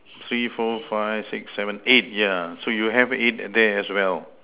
three four five six seven eight yeah so you have eight there as well